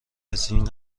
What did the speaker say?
ازاین